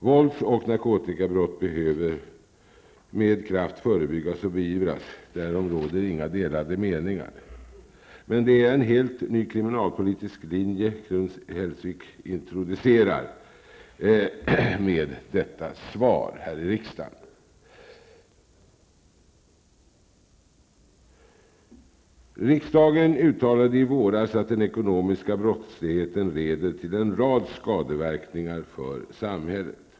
Vålds och narkotikabrott behöver med kraft förebyggas och beivras. Därom råder inga delade meningar. Men det är en helt ny kriminalpolitisk linje Gun Hellsvik introducerar på detta brottsområde med detta svar här i riksdagen. Riksdagen uttalade i våras att den ekonomiska brottsligheten leder till en rad skadeverkningar för samhället.